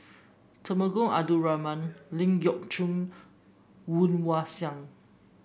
Temenggong Abdul Rahman Ling Geok Choon Woon Wah Siang